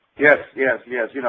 yes, yes, yes. you know,